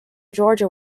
georgia